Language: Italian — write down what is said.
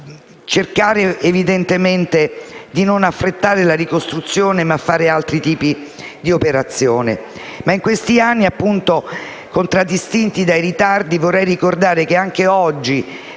In questi anni, contraddistinti dai ritardi, vorrei ricordare che, anche oggi